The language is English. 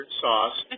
sauce